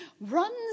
runs